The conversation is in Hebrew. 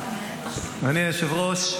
אדוני היושב-ראש,